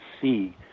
see